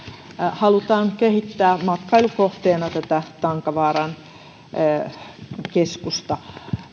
halutaan kehittää matkailukohteena tätä tankavaaran keskusta